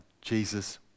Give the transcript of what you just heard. Jesus